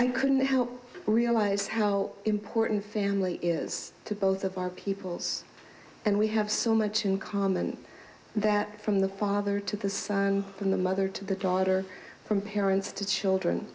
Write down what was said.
i couldn't help realize how important family is to both of our peoples and we have so much in common that from the father to the in the mother to the daughter from parents to children